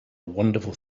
wonderful